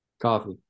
Coffee